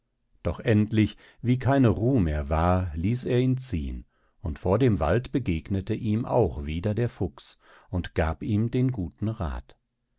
doch endlich wie keine ruh mehr war ließ er ihn ziehen und vor dem wald begegnete ihm auch wieder der fuchs und gab ihm den guten rath